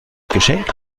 geschenkt